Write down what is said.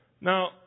Now